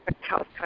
House